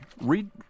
Read